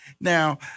Now